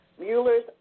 Mueller's